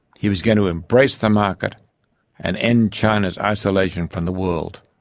he was going to embrace the market and end china's isolation from the world,